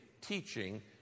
teaching